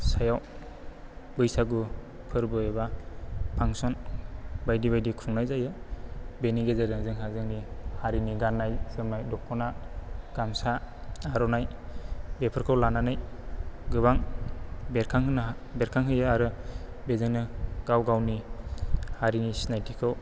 सायाव बैसागु फोरबो एबा फांसन बायदि बायदि खुंनाय जायो बेनि गेजेरजों जोंहा जोंनि हारिनि गान्नाय जोमनाय दख'ना गामसा आर'नाइ बेफोरखौ लानानै गोबां बेरखांहोनो बेरखांहोयो आरो बेजोंनो गाव गावनि हारिनि सिनायथिखौ